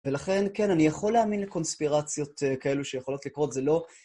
ולכן, כן, אני יכול להאמין לקונספירציות כאלו שיכולות לקרות, זה לא...